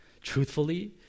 truthfully